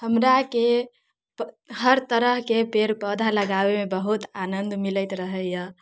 हमराके प हर तरहके पेड़ पौधा लगाबेमे बहुत आनन्द मिलैत रहैया